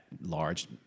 large